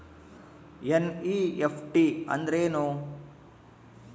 NEFT ಅಂದ್ರೆನು?